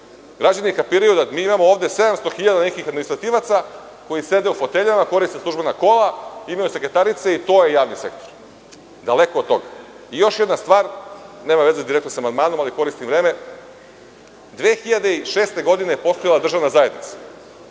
Građani kapiraju da mi imamo 700.000 nekih administrativaca koji sede u foteljama, koriste službena kola, imaju sekretarice. Daleko od toga. Još jedna stvar, nema veze direktno sa amandmanom, ali koristim vreme. Godine 2006. je postojala državna zajednica